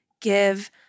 give